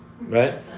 right